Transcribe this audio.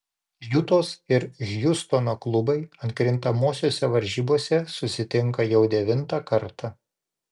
jutos ir hjustono klubai atkrintamosiose varžybose susitinka jau devintą kartą